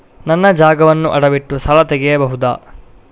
ನನ್ನ ಜಾಗವನ್ನು ಅಡವಿಟ್ಟು ಸಾಲ ತೆಗೆಯಬಹುದ?